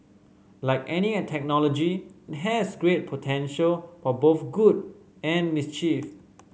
like any technology has great potential for both good and mischief